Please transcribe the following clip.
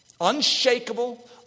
unshakable